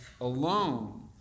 alone